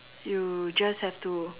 you just have to